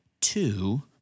two